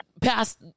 past